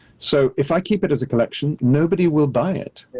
so if i keep it as a collection, nobody will buy it,